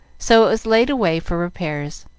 so it was laid away for repairs,